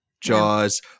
Jaws